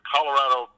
Colorado